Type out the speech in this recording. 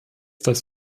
dass